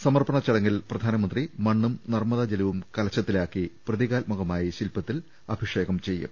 സമർപ്പണ ചടങ്ങിൽ പ്രധാനമന്ത്രി മണ്ണും നർമ്മദ ജലവും കലശത്തിലാക്കി പ്രതീകാത്മകമായി ശില്പത്തിൽ അഭിഷേകം ചെയ്യും